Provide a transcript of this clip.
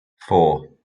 four